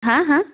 হ্যাঁ হ্যাঁ